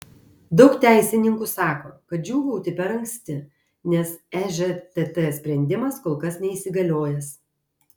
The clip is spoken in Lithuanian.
daug teisininkų sako kad džiūgauti per anksti nes ežtt sprendimas kol kas neįsigaliojęs